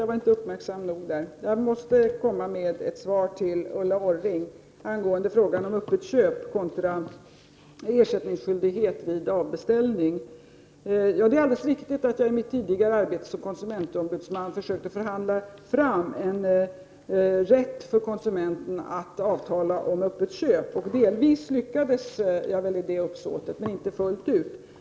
Herr talman! Jag måste ge Ulla Orring ett svar i fråga om öppet köp kontra ersättningsskyldighet vid avbeställning. Det är alldeles riktigt att jag i mitt tidigare arbete som konsumentombudsman försökte förhandla fram en rätt för konsumenten att avtala om öppet köp. Delvis lyckades jag väl i det uppsåtet men inte fullt ut.